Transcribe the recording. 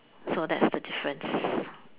so that's the difference